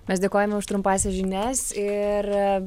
mes dėkojame už trumpąsias žinias ir